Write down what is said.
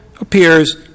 appears